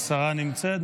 השרה נמצאת.